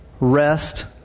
rest